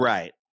Right